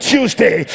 Tuesday